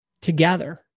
together